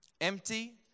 Empty